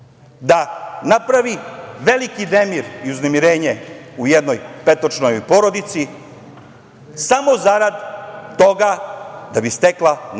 da napravi veliki nemir i uznemirenje u jednom petočlanoj porodici, samo zarad toga da bi stekla neki